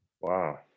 Wow